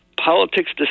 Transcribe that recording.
Politics